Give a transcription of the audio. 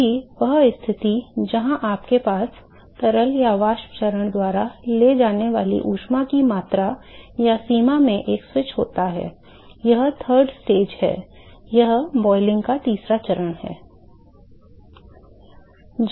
फिर भी वह स्थिति जहां उनके पास तरल या वाष्प चरण द्वारा ले जाने वाली ऊष्मा की मात्रासीमा में एक स्विच होता है वह तीसरा चरण है वह क्वथन का तीसरा चरण है